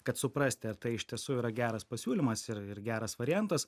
kad suprasti ar tai iš tiesų yra geras pasiūlymas ir ir geras variantas